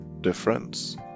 difference